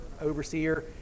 overseer